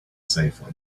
safely